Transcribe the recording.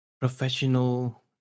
professional